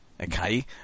Okay